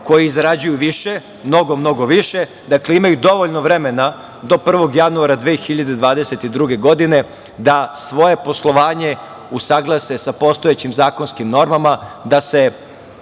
koji zarađuju više, mnogo, mnogo više, dakle, imaju dovoljno vremena do 1. januara 2022. godine da svoje poslovanje usaglase sa postojećim zakonskim normama, da se